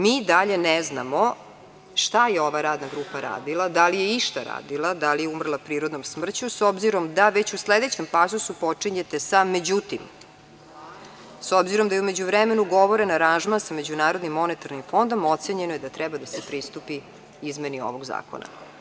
Mi i dalje ne znamo šta je ova radna grupa radila, da li je išta radila, da li je umrla prirodnom smrću, s obzirom da već u sledećem pasusu počinjete sa međutim, s obzirom da je u međuvremenu ugovoren aranžman sa MMF-om ocenjeno je da treba da se pristupi izmeni ovog zakona.